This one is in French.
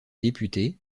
députés